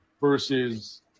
versus